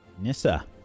Nissa